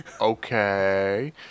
Okay